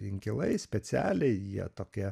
inkilai specialiai jie tokie